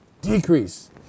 Decrease